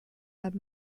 and